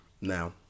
now